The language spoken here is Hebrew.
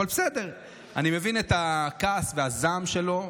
אבל בסדר, אני מבין את הכעס והזעם שלו.